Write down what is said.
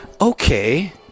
Okay